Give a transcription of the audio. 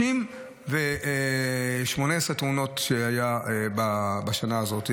30 ו-18 תאונות שהיו בשנה הזאת.